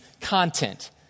content